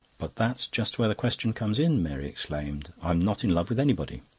but that's just where the question comes in, mary exclaimed. i'm not in love with anybody.